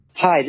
Hi